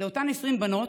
לאותן 20 בנות,